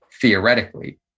theoretically